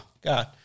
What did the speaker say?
God